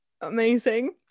amazing